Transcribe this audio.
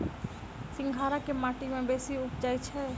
सिंघाड़ा केँ माटि मे बेसी उबजई छै?